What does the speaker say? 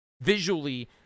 visually